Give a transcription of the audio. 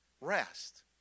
Rest